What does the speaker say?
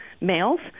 males